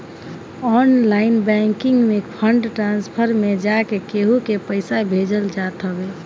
online banking में fund transfer में जाके केहू के पईसा भेजल जात हवे